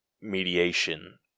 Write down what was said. mediation